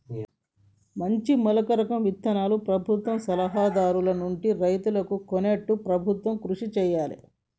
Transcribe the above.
మంచి మేలు రకం విత్తనాలను ప్రభుత్వ సలహా దారుల నుండి రైతులు కొనేట్టు ప్రభుత్వం కృషి చేయాలే